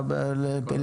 יש לפתוח הסכם,